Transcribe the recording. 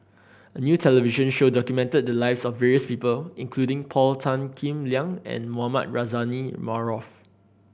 a new television show documented the lives of various people including Paul Tan Kim Liang and Mohamed Rozani Maarof